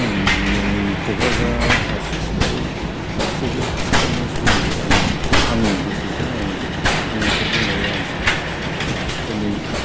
आं दिनै क'क्राझार सिभिल हस्पिटेलनि सोमोन्दै आङो आंनि गोसोजों आङो फंनैसो बुंनाय जानोसै दोनै